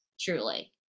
truly